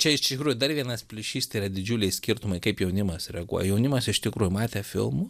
čia iš tikrųjų dar vienas plyšys tai yra didžiuliai skirtumai kaip jaunimas reaguoja jaunimas iš tikrųjų matė filmų